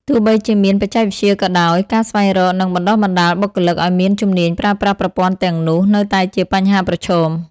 ទោះបីជាមានបច្ចេកវិទ្យាក៏ដោយ ការស្វែងរក និងបណ្តុះបណ្តាលបុគ្គលិកឱ្យមានជំនាញប្រើប្រាស់ប្រព័ន្ធទាំងនោះនៅតែជាបញ្ហាប្រឈម។